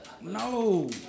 No